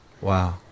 Wow